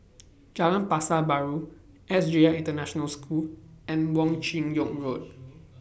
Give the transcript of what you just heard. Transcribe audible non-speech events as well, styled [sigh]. [noise] Jalan Pasar Baru S J I International School and Wong Chin [noise] Yoke Road